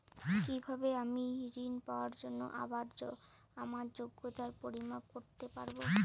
কিভাবে আমি ঋন পাওয়ার জন্য আমার যোগ্যতার পরিমাপ করতে পারব?